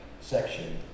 section